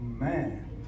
man